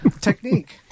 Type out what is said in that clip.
technique